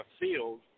field